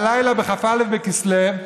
הלילה, בכ"א בכסלו,